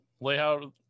layout